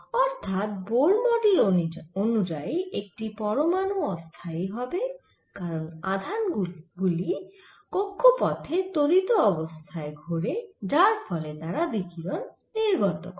অর্থাৎ Bohr model অনুযায়ী একটি পরমাণু অস্থায়ী হবে কারণ আধান গুলি কক্ষপথে ত্বরিত অবস্থায় ঘোরে যার ফলে তারা বিকিরণ নির্গত করে